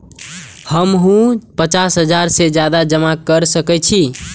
हमू पचास हजार से ज्यादा जमा कर सके छी?